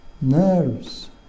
nerves